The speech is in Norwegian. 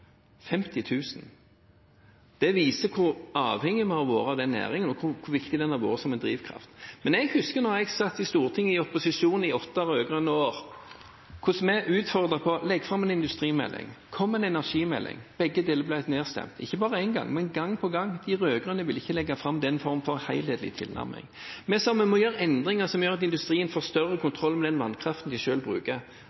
Det viser hvor avhengige vi har vært av den næringen, hvor viktig den har vært som drivkraft. Men jeg husker hvordan vi, da jeg satt i opposisjon i Stortinget i åtte rød-grønne år, utfordret: Legg fram en industrimelding! Kom med en energimelding! Begge deler ble nedstemt – ikke bare én gang, men gang på gang. De rød-grønne ville ikke legge fram den form for helhetlig tilnærming. Vi sa: Vi må gjøre endringer som gjør at industrien får større